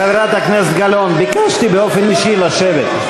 חברת הכנסת גלאון, אני מבקש באופן אישי לשבת.